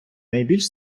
найбільш